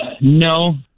no